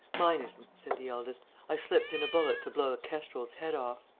mine isn't, said the eldest. i slipped in a bullet to blow a kestrel's head off.